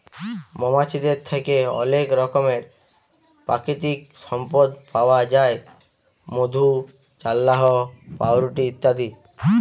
মমাছিদের থ্যাকে অলেক রকমের পাকিতিক সম্পদ পাউয়া যায় মধু, চাল্লাহ, পাউরুটি ইত্যাদি